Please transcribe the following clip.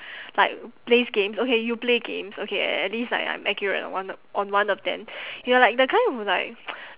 like plays games okay you play games okay a~ at least like I'm accurate on one on one of them you are like the kind who like